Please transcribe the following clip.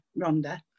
Rhonda